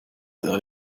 der